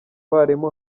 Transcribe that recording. barimu